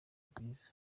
rwiza